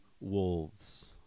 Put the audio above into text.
wolves